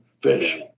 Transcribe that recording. fish